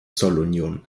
zollunion